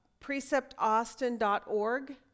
preceptaustin.org